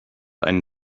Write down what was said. einen